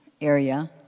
area